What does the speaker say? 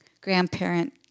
grandparent